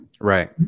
right